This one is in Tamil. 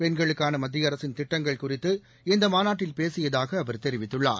பெண்களுக்கான மத்திய அரசின் திட்டங்கள் குறித்து இந்த மாநாட்டில் பேசியதாக அவர் தெரிவித்துள்ளார்